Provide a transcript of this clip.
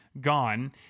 gone